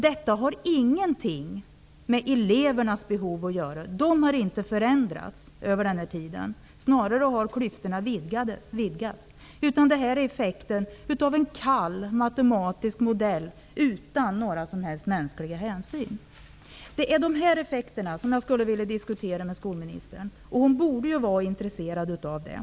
Detta har ingenting med elevernas behov att göra. Dessa behov har inte förändrats över den här tiden -- klyftorna har snarare vidgats. Det här är effekten av en kall, matematisk modell, där man inte tar några som helst mänskliga hänsyn. Det är dessa effekter som jag skulle vilja diskutera med skolministern. Hon borde vara intresserad av detta.